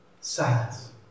Silence